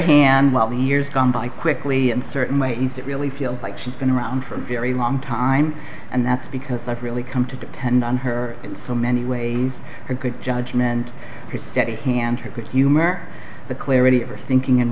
hand while the years gone by quickly in certain way it really feels like she's been around for a very long time and that's because i've really come to depend on her in so many ways her good judgment steady hand her good humor the clarity of her thinking